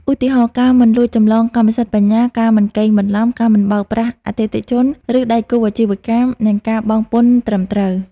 ឧទាហរណ៍ ការមិនលួចចម្លងកម្មសិទ្ធិបញ្ញា ការមិនកេងបន្លំ ការមិនបោកប្រាស់អតិថិជន ឬដៃគូអាជីវកម្ម និងការបង់ពន្ធត្រឹមត្រូវ។